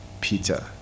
Peter